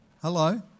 hello